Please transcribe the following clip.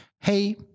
hey